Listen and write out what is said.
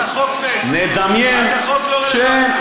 אז החוק מת, אז החוק לא רלוונטי.